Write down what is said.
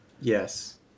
Yes